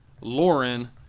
Lauren